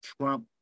Trump